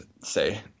say